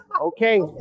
okay